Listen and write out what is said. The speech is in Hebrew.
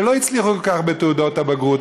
שלא הצליחו כל כך בתעודות הבגרות.